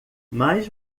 mais